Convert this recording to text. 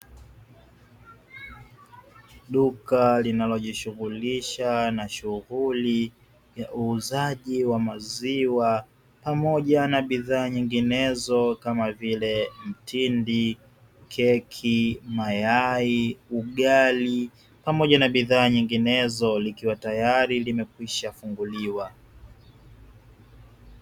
Duka linalojishughulisha na shughuli za uuzaji wa maziwa pamoja na bidhaa nyinginezo kama vile mtindi, keki, mayai, ugali pamoja na bidhaa nyinginezo likiwa tayari limekwisha funguliwa.